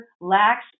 lacks